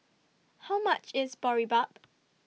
How much IS Boribap